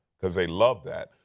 because they love that,